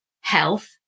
health